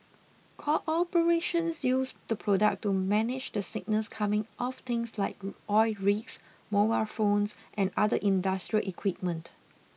corporations use the product to manage the signals coming off things like oil rigs mobile phones and other industrial equipment